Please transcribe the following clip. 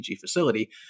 facility